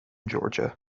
georgia